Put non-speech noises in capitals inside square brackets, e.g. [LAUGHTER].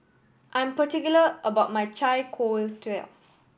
I'm particular about my [UNINTELLIGIBLE]